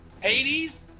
Hades